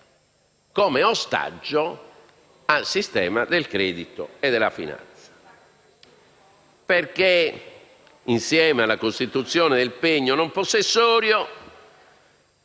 come ostaggio al sistema del credito e della finanza, perché insieme alla costituzione del pegno non possessorio